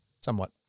somewhat